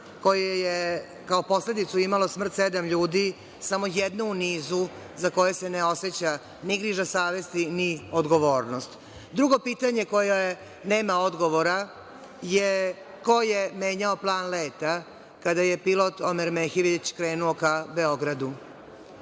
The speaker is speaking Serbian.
koje je kao posledicu imalo smrt sedam ljudi, samo jedno u nizu za koje se ne oseća ni griža savesti, ni odgovornost. Drugo pitanje koje nema odgovora je – ko je menjao plan leta kada je pilot Omer Mehić krenuo ka Beogradu?